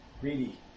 Greedy